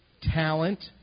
talent